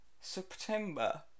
September